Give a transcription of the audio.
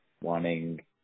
wanting